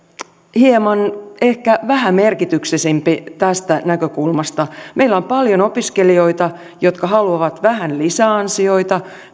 hieman ehkä vähämerkityksellisempi asia tästä näkökulmasta meillä on paljon opiskelijoita jotka haluavat vähän lisäansioita